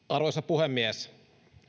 arvoisa puhemies